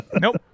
Nope